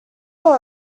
all